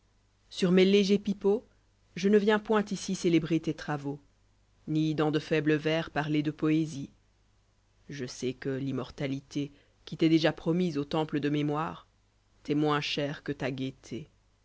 sût mes légers pipeaux je ne viens point ici célébrer tes travaux ni dans de foibles vers parler de poésie je sais que l'immortalité qui t'est déjà promise au temple de mémoire t'est moins chère que ta gaîté